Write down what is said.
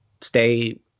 stay